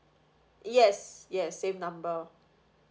yes yes same number